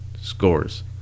scores